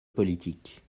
politique